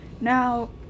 Now